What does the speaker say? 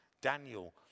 Daniel